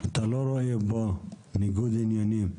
אתה לא רואה פה ניגוד עניינים?